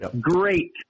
Great